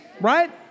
right